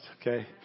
okay